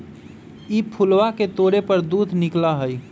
ई फूलवा के तोड़े पर दूध निकला हई